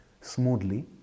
smoothly